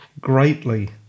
greatly